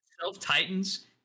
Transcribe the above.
self-tightens